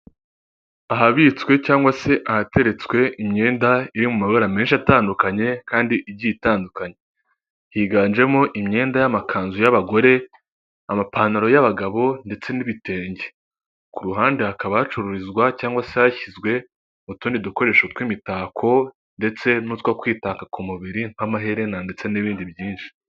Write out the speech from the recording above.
Ahabitswe cyangwa se ahateretswe imyenda yo mu mabara menshi atandukanye kandi igiye itandukanye, higanjemo imyenda y'amakanzu y'abagore, amapantaro y'abagabo ndetse n'ibitenge, ku ruhande hakaba hacururizwa cyangwa se hashyizwe utundi dukoresho tw'imitako ndetse n'utwo kwitaka ku mubiri, nk'amaherena ndetse n'ibindi byinshi.